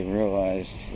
realized